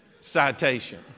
Citation